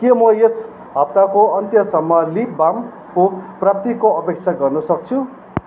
के म यस हप्ताको अन्त्यसम्ममा लिप बामको प्राप्तिको अपेक्षा गर्न सक्छु